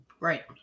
Right